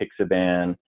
pixaban